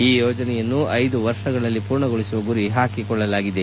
ಈ ಯೋಜನೆಯನ್ನು ಐದು ವರ್ಷಗಳಲ್ಲಿ ಪೂರ್ಣಗೊಳಿಸುವ ಗುರಿ ಹಾಕಿಕೊಳ್ಳಲಾಗಿದೆ